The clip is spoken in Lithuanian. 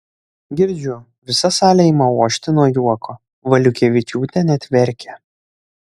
girdžiu visa salė ima ošti nuo juoko valiukevičiūtė net verkia